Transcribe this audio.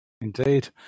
Indeed